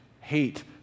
hate